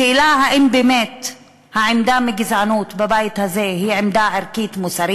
השאלה האם באמת העמדה כלפי גזענות בבית הזה היא עמדה ערכית-מוסרית,